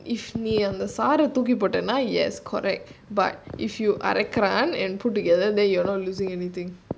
okay if you if நீஅந்தசாரதூக்கிபோட்டேனா:nee andha saara thooki potena yes correct but if you அரக்கிறேன்:arakiren and put together then you will not losing anything